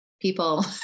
people